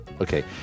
Okay